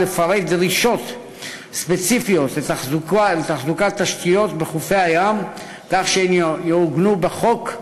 לפרט דרישות ספציפיות לתחזוקת תשתיות בחופי הים כך שהן יעוגנו בחוק,